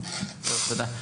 תודה.